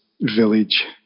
village